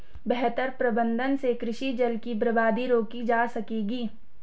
बेहतर प्रबंधन से कृषि जल की बर्बादी रोकी जा सकेगी